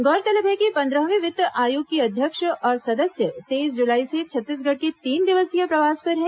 गौरतलब है कि पंद्रहवें वित्त आयोग के अध्यक्ष और सदस्य तेईस जुलाई से छत्तीसगढ़ के तीन दिवसीय प्रवास पर हैं